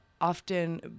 often